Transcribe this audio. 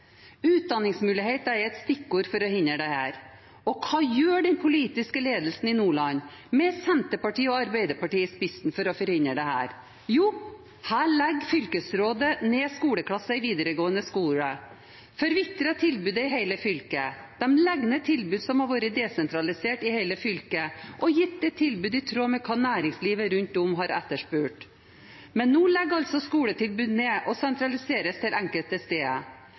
er et stikkord for å forhindre dette. Og hva gjør den politiske ledelsen i Nordland, med Senterpartiet og Arbeiderpartiet i spissen, for å forhindre dette? Jo, her legger fylkesrådet ned skoleklasser i videregående skole, de forvitrer tilbudet i hele fylket. De legger ned tilbud som har vært desentralisert i hele fylket og gitt tilbud i tråd med hva næringslivet rundt om har etterspurt. Nå legges altså skoletilbud ned og sentraliseres til enkelte steder.